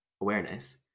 awareness